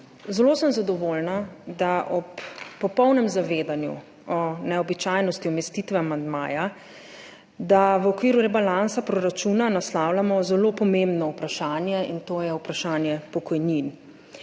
Zelo sem zadovoljna, da ob popolnem zavedanju o neobičajnosti umestitve amandmaja v okviru rebalansa proračuna naslavljamo zelo pomembno vprašanje, in to je vprašanje pokojnin.